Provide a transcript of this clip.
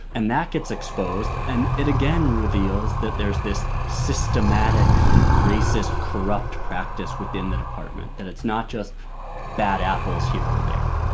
and that gets exposed. and it again reveals that there's this systematic kind of racist, corrupt practice within the department, that it's not just bad apples here or there.